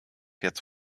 jetzt